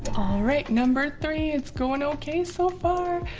right number three it's going okay so far.